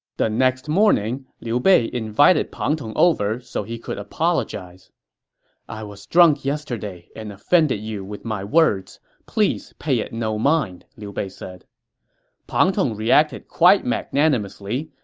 the next morning, liu bei invited pang tong over so he could apologize i was drunk yesterday and offended you with my words. please pay it no mind, liu bei said pang tong reacted quite magnanimously,